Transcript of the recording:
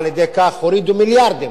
על-ידי כך הורידו מיליארדים,